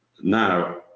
Now